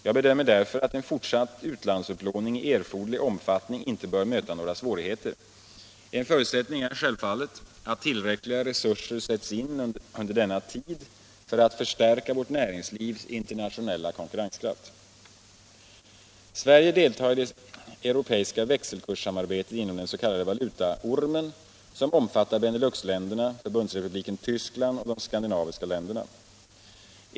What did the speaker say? Jag bedömer därför att en fortsatt utlandsupplåning i erforderlig omfattning inte bör möta några svårigheter. En förutsättning är självfallet att tillräckliga resurser sätts in under denna tid för att förstärka vårt näringslivs internationella konkurrenskraft. Sverige deltar i det europeiska växelkurssamarbetet inom den s.k. valutaormen, som omfattar Beneluxländerna, Förbundsrepubliken Tyskland och de skandinaviska länderna.